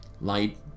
Light